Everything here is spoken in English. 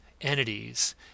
entities